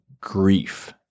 grief